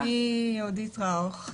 שמי יהודית ראוך,